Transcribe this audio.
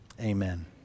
Amen